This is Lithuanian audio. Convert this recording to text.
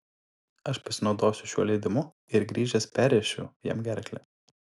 aš pasinaudosiu šiuo leidimu ir grįžęs perrėšiu jam gerklę